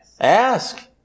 Ask